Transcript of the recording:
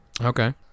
Okay